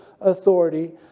authority